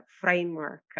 framework